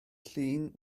llun